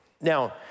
Now